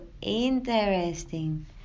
interesting